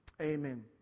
Amen